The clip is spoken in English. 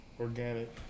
organic